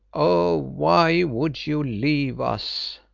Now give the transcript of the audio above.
oh! why would you leave us?